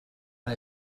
and